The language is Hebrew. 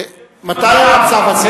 מתי הצו הזה?